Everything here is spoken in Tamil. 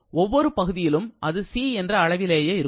ஒவ்வொரு பகுதியிலும் அது C என்ற அளவிலேயே இருக்கும்